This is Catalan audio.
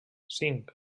cinc